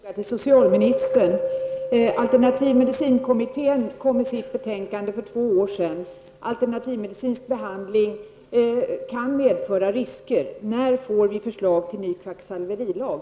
Herr talman! Jag vill ställa en fråga till socialministern. Alternativmedicinkommittén presenterade sitt betänkande för 42 år sedan. Alternativmedicinsk behandling kan ju medföra risker. Jag vill därför fråga: När får vi förslag till en ny kvacksalverilag?